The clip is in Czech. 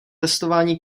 testování